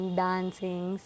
dancing